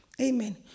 Amen